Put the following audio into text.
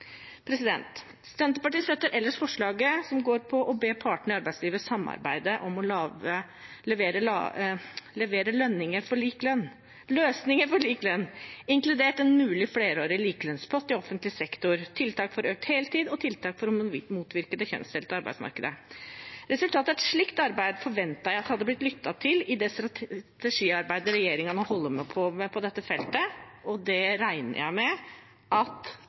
Senterpartiet støtter ellers forslaget som går ut på å be partene i arbeidslivet samarbeide om å levere løsninger for lik lønn, inkludert en mulig flerårig likelønnspott i offentlig sektor, tiltak for økt heltid og tiltak for å motvirke det kjønnsdelte arbeidsmarkedet. Resultatet av et slikt arbeid forventet jeg hadde blitt lyttet til i det strategiarbeidet regjeringen nå holder på med på dette feltet, og det regner jeg med at